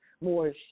more